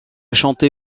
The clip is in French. chanté